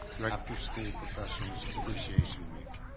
after school professionals appreciation week.